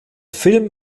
film